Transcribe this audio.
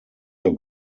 your